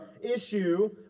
issue